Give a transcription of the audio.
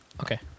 Okay